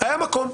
היה מקום.